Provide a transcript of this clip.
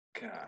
God